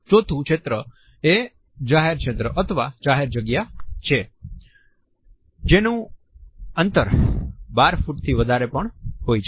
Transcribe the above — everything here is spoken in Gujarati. ચોથું ક્ષેત્ર એ જાહેર ક્ષેત્ર અથવા જાહેર જગ્યા છે જેનું અંતર 12 ફૂટથી પણ વધુ હોય છે